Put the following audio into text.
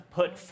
put